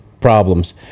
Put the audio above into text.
problems